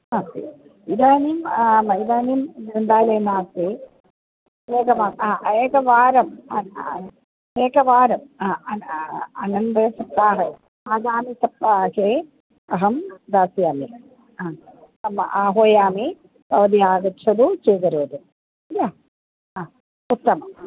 अस्तु इदानीम् इदानीं ग्रन्थालयं नस्ति एकमासम् एकवारम् एकवारम् अनन्तरं सप्ताहे आगामिसप्ताहे अहं दास्यामि ह आह्वयामि भवती आगच्छतु स्वीकरोतु किल ह उत्तमं